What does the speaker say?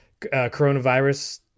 coronavirus